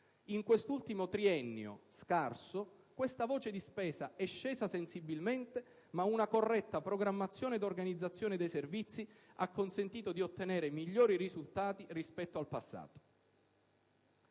In questo ultimo triennio scarso, questa voce di spesa è scesa sensibilmente, ma una corretta programmazione ed organizzazione dei servizi ha consentito di ottenere migliori risultati rispetto al passato.